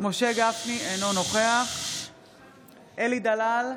משה גפני, אינו נוכח אלי דלל,